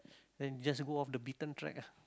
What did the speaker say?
then just go off the beaten track lah